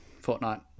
Fortnite